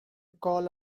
call